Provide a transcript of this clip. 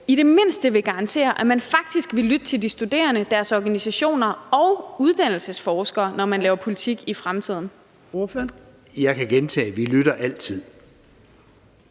i det mindste vil garantere, at man faktisk vil lytte til de studerende, deres organisationer og uddannelsesforskerne, når man laver politik i fremtiden. Kl. 12:08 Fjerde næstformand